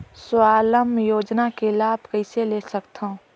स्वावलंबन योजना के लाभ कइसे ले सकथव?